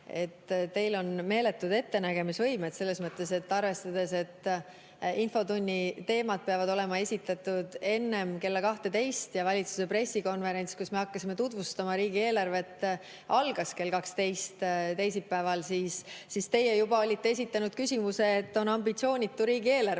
teil on küll meeletu ettenägemisvõime, selles mõttes, et arvestades, et infotunni teemad peavad olema esitatud enne kella 12 ja valitsuse pressikonverents, kus me hakkasime tutvustama riigieelarvet, algas teisipäeval kell 12. Ja teie olite juba esitanud küsimuse ambitsioonitu riigieelarve